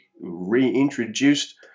reintroduced